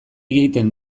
egiten